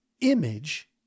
image